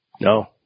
No